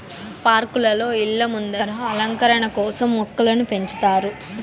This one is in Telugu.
పార్కులలో, ఇళ్ళ ముందర అలంకరణ కోసం మొక్కలను పెంచుతారు